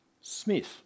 Smith